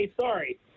sorry